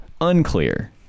unclear